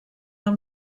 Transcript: del